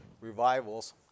revivals